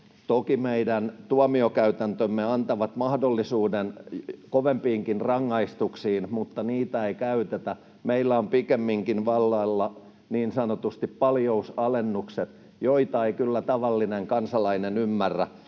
Toki meidän tuomiokäytäntömme antavat mahdollisuuden kovempiinkin rangaistuksiin, mutta niitä ei käytetä. Meillä on pikemminkin vallalla niin sanotusti paljousalennukset, joita ei kyllä tavallinen kansalainen ymmärrä: